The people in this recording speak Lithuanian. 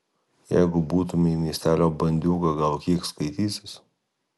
jeigu būtumei miestelio bandiūga gal kiek skaitysis